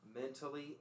mentally